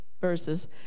verses